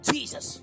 Jesus